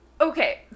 Okay